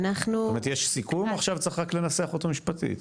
יש סיכום, וצריך רק לנסח אותו משפטית.